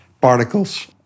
particles